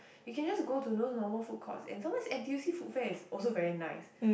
you can just go to those normal food courts and sometimes N_T_U_C food fair is also very nice